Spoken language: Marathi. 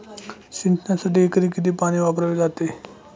सिंचनासाठी एकरी किती पाणी वापरले जाते?